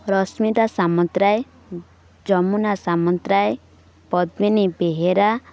Rashmita Samantaray Jamuna Samantaray Padmini Behera